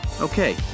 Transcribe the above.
okay